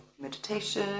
meditation